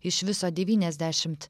iš viso devyniasdešimt